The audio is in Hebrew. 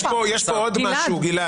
יש פה עוד משהו גלעד,